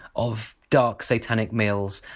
of dark satanic mills,